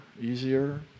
easier